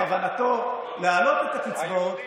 בכוונתו להעלות את הקצבאות,